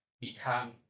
become